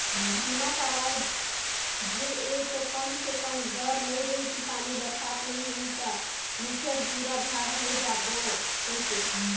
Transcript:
बीमा करवाय जे ये तो कम से कम डर नइ रहें कि पानी बरसात नइ होही त निच्चर झूरा झार होय जाबो कहिके